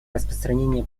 распространения